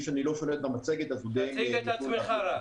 תציג את עצמך.